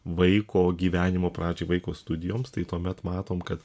vaiko gyvenimo pradžiai vaiko studijoms tai tuomet matom kad